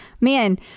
man